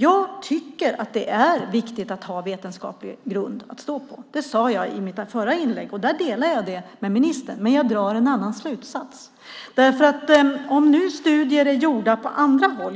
Jag tycker att det är viktigt att ha en vetenskaplig grund att stå på; det sade jag i mitt förra inlägg. Jag delar den synen med ministern. Men jag drar en annan slutsats. Det finns studier som är gjorda på andra håll.